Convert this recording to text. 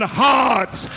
hearts